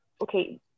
okay